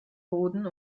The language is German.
boden